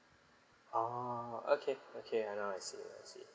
ah okay okay ah now I see I see